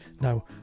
now